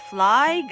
Fly